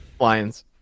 Lions